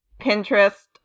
Pinterest